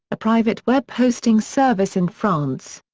a private web-hosting service in france.